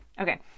Okay